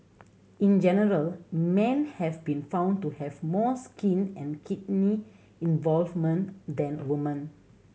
in general men have been found to have more skin and kidney involvement than the woman